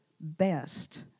Best